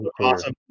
Awesome